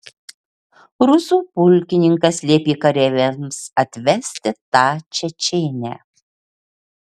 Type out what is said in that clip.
rusų pulkininkas liepė kareiviams atvesti tą čečėnę